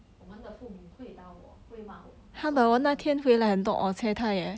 我们的父母会打我会骂我 so I don't want